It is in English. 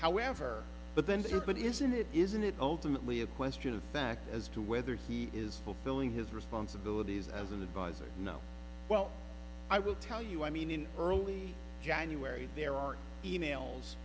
however but then there but isn't it isn't it ultimately a question of fact as to whether he is fulfilling his responsibilities as an advisor you know well i will tell you i mean in early january there are e mails